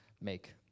make